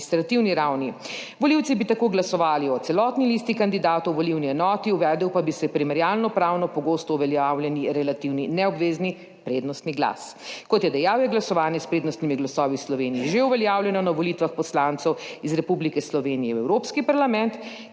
Volivci bi tako glasovali o celotni listi kandidatov v volilni enoti, uvedel pa bi se primerjalno pravno pogosto uveljavljeni relativni neobvezni prednostni glas. Kot je dejal, je glasovanje s prednostnimi glasovi v Sloveniji že uveljavljeno na volitvah poslancev iz Republike Slovenije v Evropski parlament,